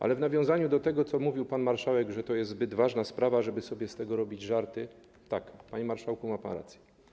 Ale, w nawiązaniu do tego, co mówił pan marszałek, że to jest zbyt ważna sprawa, żeby sobie z tego robić żarty - tak, panie marszałku, ma pan rację.